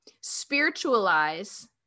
spiritualize